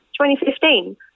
2015